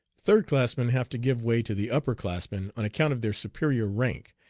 third classmen have to give way to the upper classmen on account of their superior rank,